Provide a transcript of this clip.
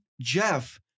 Jeff